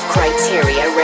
Criteria